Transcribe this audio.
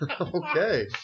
okay